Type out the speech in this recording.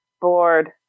bored